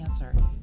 cancer